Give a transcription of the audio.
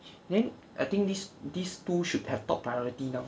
then I think this this two should have top priority now